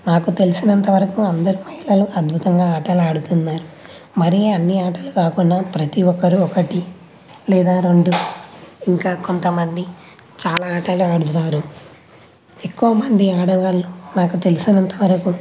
నాకు తెలిసినంతవరకు అందరు మహిళలు అద్భుతంగా ఆటలు ఆడుతున్నారు మరి అన్ని ఆటలు కాకున్నా ప్రతి ఒక్కరు ఒకటి లేదా రెండు ఇంకా కొంతమంది చాలా ఆటలు ఆడుతారు ఎక్కువ మంది ఆడవాళ్లు నాకు తెలిసినంతవరకు